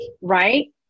Right